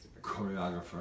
choreographer